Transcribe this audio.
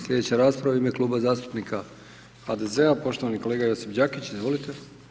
Sljedeća rasprava u ime Kluba zastupnika HDZ-a, poštovani kolega Josip Đakić, izvolite.